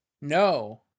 No